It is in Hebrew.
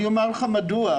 אני אומר לך מדוע.